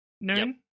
noon